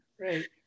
right